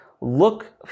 look